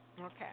Okay